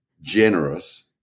generous